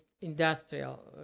industrial